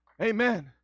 Amen